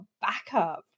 backup